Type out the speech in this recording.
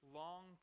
long